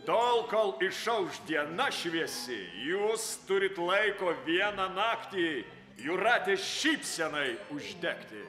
tol kol išauš diena šviesi jūs turit laiko vieną naktį jūratės šypsenai uždegti